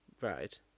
Right